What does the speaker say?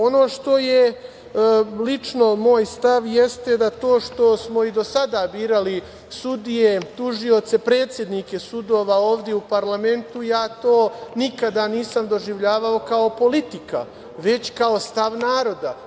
Ono što je lično moj stav jeste da to što smo i do sada birali sudije, tužioce, predsednike sudova ovde u parlamentu, ja to nikada nisam doživljavao kao politiku, već kao stav naroda.